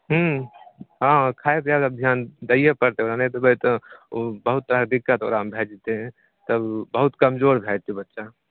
हूँ हाँ खाइ पियै कऽ धिआन दए पड़तै ओना नहि देबै तऽ ओ बहुत तरहक दिक्कत ओकरामे भए जेतै तब बहुत कमजोर भए जेतै बच्चा